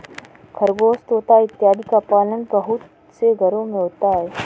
खरगोश तोता इत्यादि का पालन बहुत से घरों में होता है